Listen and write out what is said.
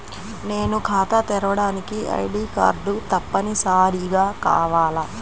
నేను ఖాతా తెరవడానికి ఐ.డీ కార్డు తప్పనిసారిగా కావాలా?